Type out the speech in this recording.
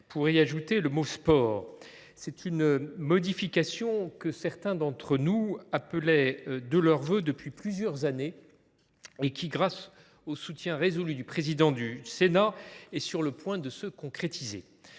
pour y ajouter le mot :« sport ». C’est une modification que certains d’entre nous appelaient de leurs vœux depuis plusieurs années. Grâce au soutien résolu du président du Sénat, elle est sur le point de se concrétiser.